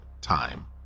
time